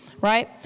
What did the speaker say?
right